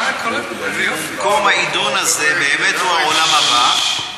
ומקום העידון הזה באמת הוא העולם הבא,